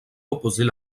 opposait